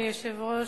אדוני היושב-ראש,